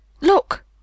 Look